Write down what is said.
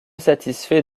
satisfait